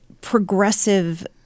progressive